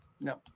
no